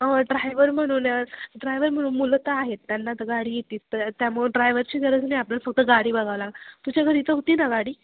हो ड्रायवर म्हणून ड्रायवर म्हणून मुलं तर आहेत त्यांना तर गाडी येतेच तर त्यामुळे ड्राय्हरची गरज नाही आपल्या फक्त गाडी बघावं लागं तुझ्या घरी तर होती ना गाडी